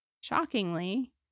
Shockingly